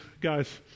guys